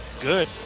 good